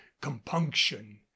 compunction